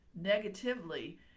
negatively